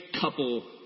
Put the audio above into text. couple